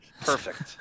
perfect